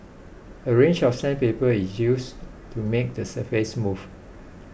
a range of sandpaper is used to make the surface smooth